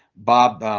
bob.